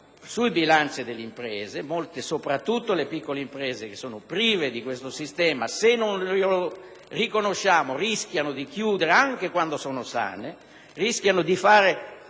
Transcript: sui bilanci delle imprese, soprattutto le piccole, che sono prive di questo sistema e che, se non glielo riconosciamo, rischiano di chiudere anche quando sono sane e rischiano di fare